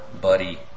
buddy